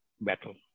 battle